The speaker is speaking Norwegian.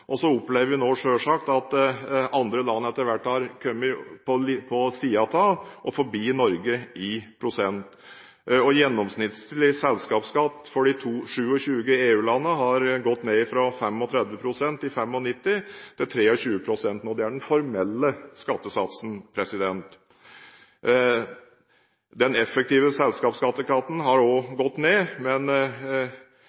Så opplever vi nå selvsagt at andre land etter hvert har kommet på siden av og forbi Norge i prosent. Gjennomsnittlig selskapsskatt for de 27 EU-landene har gått ned fra 35 pst. i 1995 til 23 pst. nå. Det er den formelle skattesatsen. Den effektive selskapsskattesatsen har